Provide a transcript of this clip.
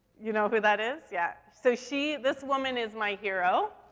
you know who that is? yeah. so she this woman is my hero.